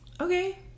okay